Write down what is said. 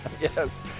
Yes